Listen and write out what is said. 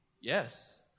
yes